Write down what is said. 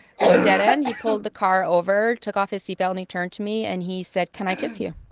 there was a dead end. he pulled the car over, took off his seat belt. and he turned to me. and he said, can i kiss you?